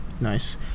Nice